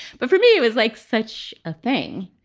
but for me it was like such a thing.